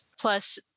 Plus